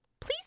Please